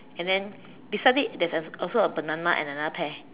and then beside it there's also a banana and another pear